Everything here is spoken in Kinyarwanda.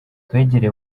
twegereye